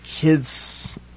kids